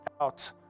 out